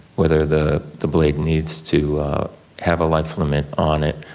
whether the the blade needs to have a life limit on it,